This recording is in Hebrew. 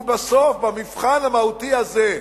ובסוף, במבחן המהותי הזה,